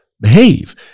Behave